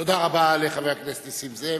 תודה רבה לחבר הכנסת נסים זאב.